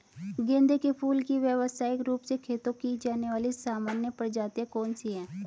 गेंदे के फूल की व्यवसायिक रूप से खेती की जाने वाली सामान्य प्रजातियां कौन सी है?